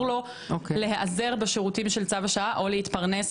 לו להיעזר בשירותים של צו השעה או להתפרנס?